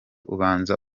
ubanza